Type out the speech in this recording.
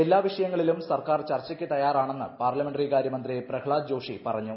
എല്ലാ വിഷയങ്ങളിലും സർക്കാർ ചർച്ചയ്ക്ക് തയ്യാറാണെന്ന് പാർലമെൻറി കാര്യമന്ത്രി പ്രഹ്ഗാദ് ജോഷിപറഞ്ഞു